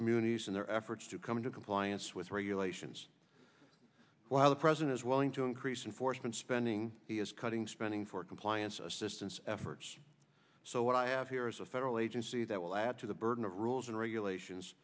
communities in their efforts to come into compliance with regulations while the president is willing to increase and forstmann spending he is cutting spending for compliance assistance efforts so what i have here is a federal agency that will add to the burden of rules and regulations